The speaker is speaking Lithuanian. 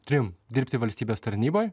trim dirbti valstybės tarnyboj